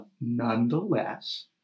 Nonetheless